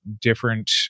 different